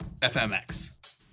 FMX